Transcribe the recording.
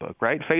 right